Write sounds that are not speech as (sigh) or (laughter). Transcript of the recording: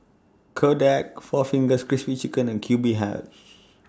Kodak four Fingers Crispy Chicken and Q B House (noise)